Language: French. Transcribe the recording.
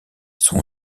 son